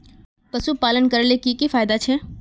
पशुपालन करले की की फायदा छे?